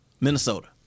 Minnesota